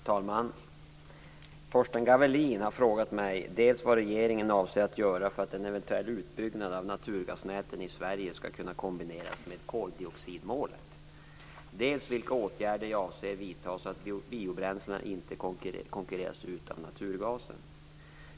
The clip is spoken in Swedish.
Herr talman! Torsten Gavelin har frågat mig dels vad regeringen avser att göra för att en eventuell utbyggnad av naturgasnäten i Sverige skall kunna kombineras med koldioxidmålet, dels vilka åtgärder jag avser vidta så att biobränslena inte konkurreras ut av naturgasen.